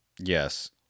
yes